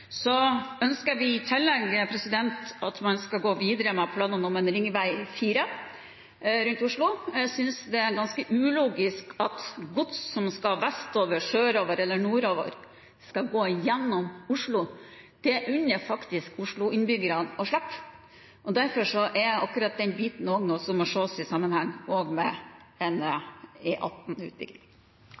Så ønsker vi i tillegg at man skal gå videre med planer om en «ring 4» rundt Oslo. Jeg synes det er ganske ulogisk at gods som skal vestover, sørover eller nordover, skal gå gjennom Oslo. Det unner jeg faktisk osloinnbyggerne å slippe. Derfor er akkurat den biten noe som må ses i sammenheng med en